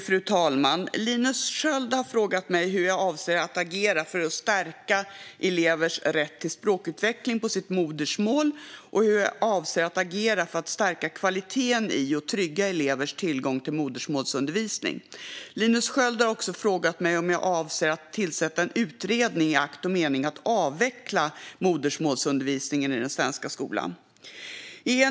Fru talman! Linus Sköld har frågat mig hur jag avser att agera för att stärka elevers rätt till språkutveckling på sitt modersmål och hur jag avser att agera för att stärka kvaliteten i och trygga elevers tillgång till modersmålsundervisning. Linus Sköld har också frågat mig om jag avser att tillsätta en utredning i akt och mening att avveckla modersmålsundervisningen i den svenska skolan.